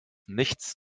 nichts